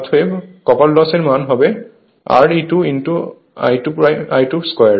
অতএব copper loss এর মান হবে Re2 I2 2